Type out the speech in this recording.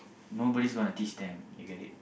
nobody's gonna teach them you get it